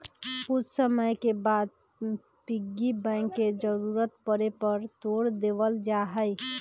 कुछ समय के बाद पिग्गी बैंक के जरूरत पड़े पर तोड देवल जाहई